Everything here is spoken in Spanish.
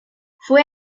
fue